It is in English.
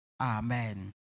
Amen